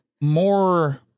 more